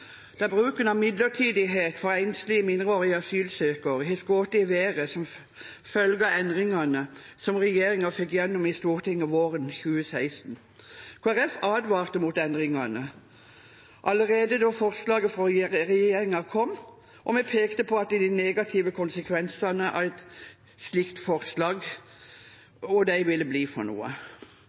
bruken av midlertidighet for enslige mindreårige asylsøkere har skutt i været som følge av endringene som regjeringen fikk igjennom i Stortinget våren 2016. Kristelig Folkeparti advarte mot endringene allerede da forslaget fra regjeringen kom, og vi pekte på hva de negative konsekvensene av et slikt forslag ville bli.